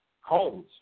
homes